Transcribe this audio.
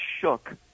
shook